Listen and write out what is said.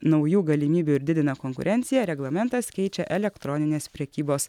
naujų galimybių ir didina konkurenciją reglamentas keičia elektroninės prekybos